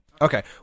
okay